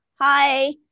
Hi